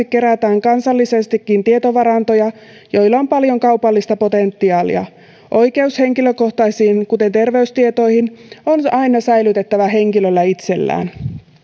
kerätään kansallisestikin tietovarantoja joilla on paljon kaupallista potentiaalia oikeus henkilökohtaisiin tietoihin kuten terveystietoihin on aina säilytettävä henkilöllä itsellään